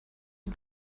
usb